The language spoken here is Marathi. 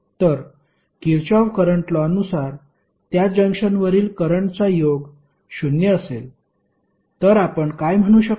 तर किरचॉफ करंट लॉ नुसार त्या जंक्शनवरील करंटचा योग 0 असेल तर आपण काय म्हणू शकतो